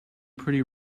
pretty